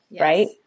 Right